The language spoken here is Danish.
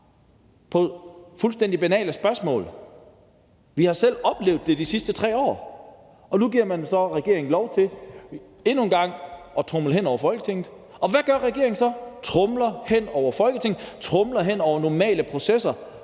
på fuldstændig banale spørgsmål. Vi har selv oplevet det i de sidste 3 år, og nu giver man så regeringen lov til endnu en gang at tromle hen over Folketinget. Og hvad gør regeringen? Den tromler hen over Folketinget, tromler hen over normale processer